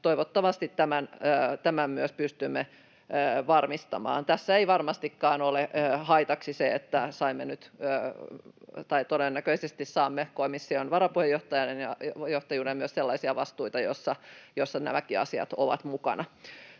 toivottavasti tämän myös pystymme varmistamaan. Tässä ei varmastikaan ole haitaksi se, että todennäköisesti saamme komission varapuheenjohtajuuden ja myös sellaisia vastuita, joissa nämäkin asiat ovat mukana.